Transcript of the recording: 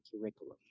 curriculum